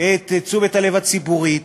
את תשומת הלב הציבורית